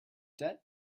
debt